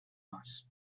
más